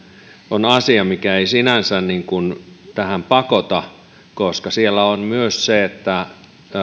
on asia mikä ei sinänsä tähän pakota koska siellä on myös se että